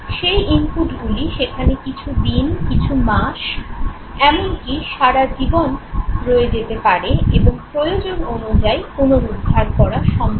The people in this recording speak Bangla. সেই ইনপুটগুলি সেখানে কিছু দিন কিছু মাস এমন কী সারা জীবন রয়ে যেতে পারে এবং প্রয়োজন অনুযায়ী পুনরুদ্ধার করা সম্ভব